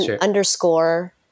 underscore